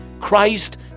Christ